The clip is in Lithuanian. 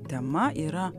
tema yra